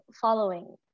following